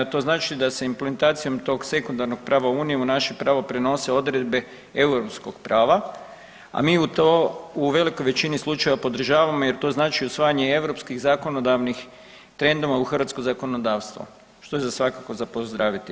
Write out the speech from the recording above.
To znači da se implementacijom tog sekundarnog prava unije u naše pravo prenose odredbe europskog prava, a mi u to u velikoj većini slučajeva podržavamo jer to znači usvajanje i europskih zakonodavnih trendova u hrvatsko zakonodavstvo što je za svakako za pozdraviti.